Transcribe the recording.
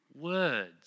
words